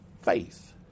faith